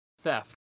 theft